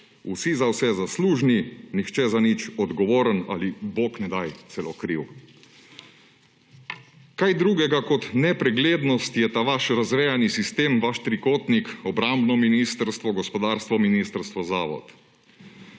vsi za vse zaslužni, nihče za nič odgovoren ali − bog ne daj! celo kriv. Kaj drugega kot nepreglednost je ta vaš razvejani sistem, vaš trikotnik: obrambno ministrstvo, gospodarsko ministrstvo, zavod.